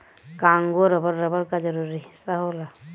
Congo rubber, rubber क जरूरी हिस्सा होला